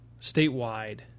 statewide